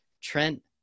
Trent